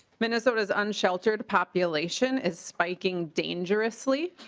minnesota's uncharted population is spiking dangerously.